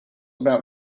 about